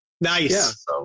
Nice